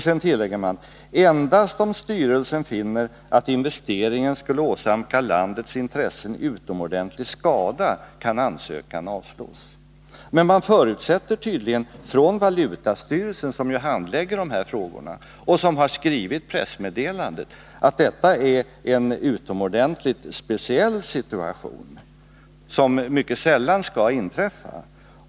Sedan tillägger man: ”Endast om styrelsen finner att investeringen skulle åsamka landets intressen utomordentlig skada kan ansökan avslås.” Men valutastyrelsen, som ju handlägger dessa frågor och som har skrivit pressmeddelandet, förutsätter tydligen att detta är en utomordentligt speciell situation, som mycket sällan skall inträffa.